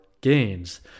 gains